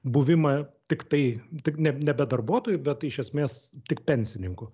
buvimą tiktai tik ne nebe darbuotoju bet iš esmės tik pensininku